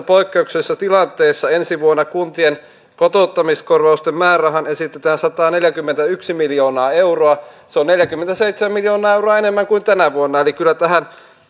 poikkeuksellisessa tilanteessa ensi vuonna kuntien kotouttamiskorvausten määrärahaan esitetään sataneljäkymmentäyksi miljoonaa euroa se on neljäkymmentäseitsemän miljoonaa euroa enemmän kuin tänä vuonna kyllä tähän